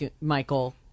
Michael